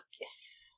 Yes